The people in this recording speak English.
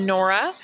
Nora